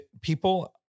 people